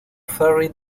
ferry